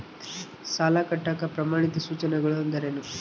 ಸಾಲ ಕಟ್ಟಾಕ ಪ್ರಮಾಣಿತ ಸೂಚನೆಗಳು ಅಂದರೇನು?